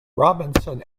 robinson